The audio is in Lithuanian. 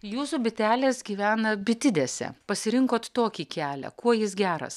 jūsų bitelės gyvena bitidėse pasirinkot tokį kelią kuo jis geras